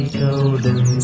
golden